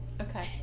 Okay